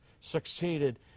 succeeded